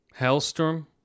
Hellstorm